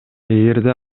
эгерде